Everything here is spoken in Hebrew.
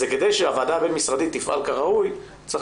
זה כדי שהוועדה הבין משרדית תפעל כראוי צריך